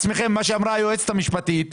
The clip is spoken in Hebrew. כמו שאמרה היועצת המשפטית,